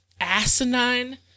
asinine